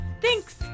Thanks